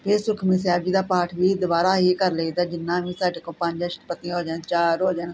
ਫਿਰ ਸੁਖਮਨੀ ਸਾਹਿਬ ਜੀ ਦਾ ਪਾਠ ਵੀ ਦੁਬਾਰਾ ਹੀ ਕਰ ਲਈਦਾ ਜਿੰਨਾ ਵੀ ਸਾਡੇ ਕੋ ਪੰਜ ਅਸ਼ਟਪਦੀਆਂ ਹੋ ਜਾਣ ਚਾਰ ਹੋ ਜਾਣ